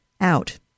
out